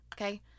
okay